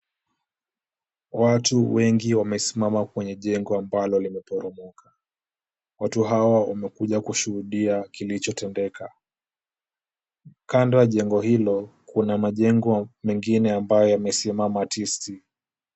Watu wengi wamesimama kwenye jengo ambalo limeporomoka. Watu hawa wamekuja kushuhudia kilichotendeka. Kando ya jengo hilo kuna majengo mengine ambayo yamesimama tisti.